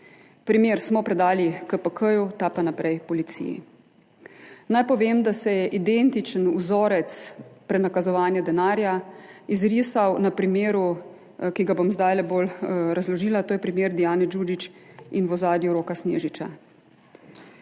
Primer smo predali KPK, ta pa naprej policiji. Naj povem, da se je identičen vzorec prenakazovanja denarja izrisal na primeru, ki ga bom zdaj bolj razložila, to je primer Dijane Đuđić in v ozadju Roka Snežiča.